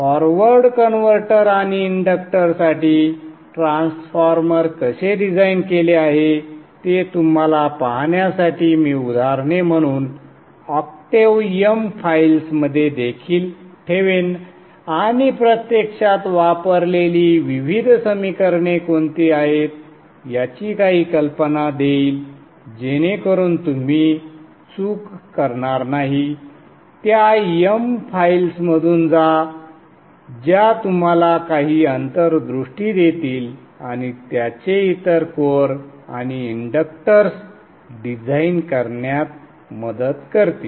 forward converter आणि इंडक्टरसाठी transformer कसे डिझाइन केले आहे ते तुम्हाला पाहण्यासाठी मी उदाहरणे म्हणून ऑक्टेव्ह m फाइल्समध्ये देखील ठेवेन आणि प्रत्यक्षात वापरलेली विविध समीकरणे कोणती आहेत याची काही कल्पना देईल जेणेकरून तुम्ही चूक करणार नाही त्या m फाइल्समधून जा ज्या तुम्हाला काही अंतर्दृष्टी देतील आणि त्यांचे इतर कोअर आणि इंडक्टर्स डिझाइन करण्यात मदत करतील